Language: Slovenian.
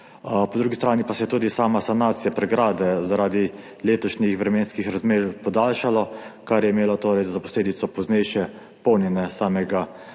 Po drugi strani pa se je tudi sama sanacija pregrade zaradi letošnjih vremenskih razmer podaljšala, kar je imelo torej za posledico poznejše polnjenje samega